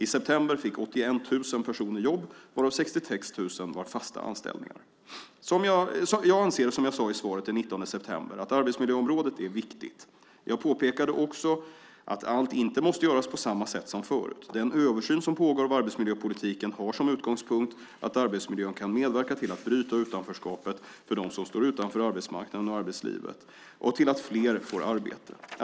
I september fick 81 000 personer jobb, varav 66 000 var fasta anställningar. Jag anser som jag sade i svaret den 19 september att arbetsmiljöområdet är viktigt. Jag påpekade också att allt inte måste göras på samma sätt som förut. Den översyn som pågår av arbetsmiljöpolitiken har som utgångspunkt att arbetsmiljön kan medverka till att bryta utanförskapet för dem som står utanför arbetsmarknaden och arbetslivet och till att fler får arbete.